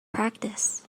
practice